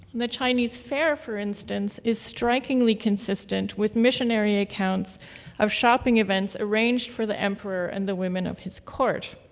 the chinese fair, for instance, is strikingly consistent with missionary accounts of shopping events arranged for the emperor and the women of his court.